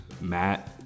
Matt